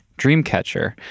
Dreamcatcher